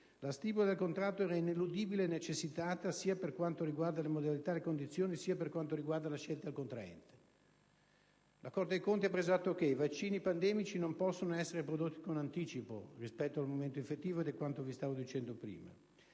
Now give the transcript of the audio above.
la stipula del contratto era ineludibile e necessitata, sia per quanto riguarda le modalità e le condizioni, sia per quanto riguarda la scelta del contraente. La Corte dei conti ha altresì preso atto che i vaccini pandemici non possono essere prodotti con anticipo rispetto al verificarsi dell'evento infettivo (ed è quanto vi stavo dicendo prima)